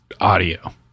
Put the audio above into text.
audio